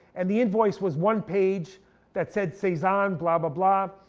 and the invoice was one page that said cezanne, blah blah